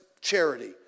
charity